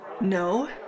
No